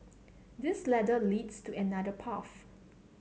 this ladder leads to another path